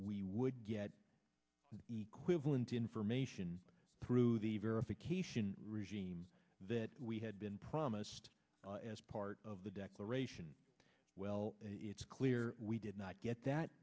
we would get an equal in to information through the verification regime that we had been promised as part of the declaration well it's clear we did not get that